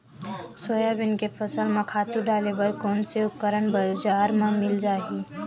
Soybean के फसल म खातु डाले बर कोन से उपकरण बजार म मिल जाहि?